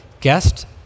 guest